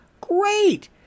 great